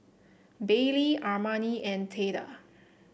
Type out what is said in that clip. Baylie Armani and Theda